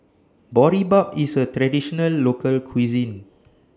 Boribap IS A Traditional Local Cuisine